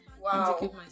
Wow